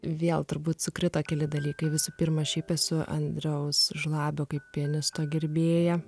vėl turbūt sukrito keli dalykai visų pirma šiaip esu andriaus žlabio kaip pianisto gerbėja